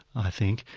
i think,